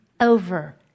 Over